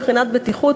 מבחינת בטיחות,